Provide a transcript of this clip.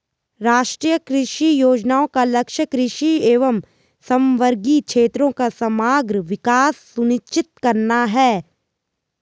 राष्ट्रीय कृषि योजना का लक्ष्य कृषि एवं समवर्गी क्षेत्रों का समग्र विकास सुनिश्चित करना है